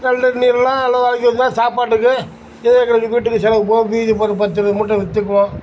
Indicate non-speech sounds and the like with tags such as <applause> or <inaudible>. நல்ல <unintelligible> அது வாங்கி இருந்தால் சாப்பாட்டுக்கு ஏதோ இந்த வீட்டுக்கு செலவுக்கு போக மீதி ஒரு பத்து இருபது மூட்டை விற்றுக்குவோம்